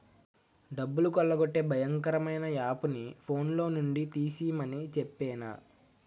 డబ్బులు కొల్లగొట్టే భయంకరమైన యాపుని ఫోన్లో నుండి తీసిమని చెప్పేనా